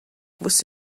você